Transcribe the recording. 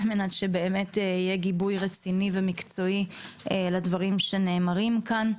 על מנת שבאמת יהיה גיבוי רציני ומקצועי לדברים שנאמרים כאן.